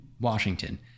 Washington